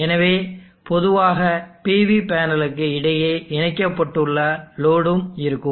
எனவே பொதுவாக PV பேனலுக்கு இடையே இணைக்கப்பட்டுள்ள லோடும் இருக்கும்